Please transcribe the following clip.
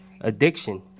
addiction